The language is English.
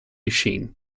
sheen